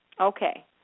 Okay